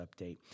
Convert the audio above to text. update